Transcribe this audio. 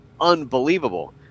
unbelievable